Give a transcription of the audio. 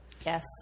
Yes